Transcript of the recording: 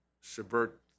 subvert